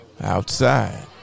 Outside